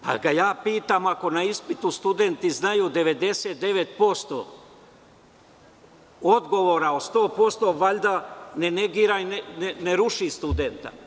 Pitam ga, ako na ispitu studenti znaju 99% odgovora od 100%, valjda ne negira i ne ruši studenta?